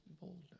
boldness